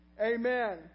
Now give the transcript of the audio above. Amen